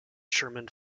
german